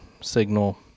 signal